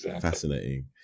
Fascinating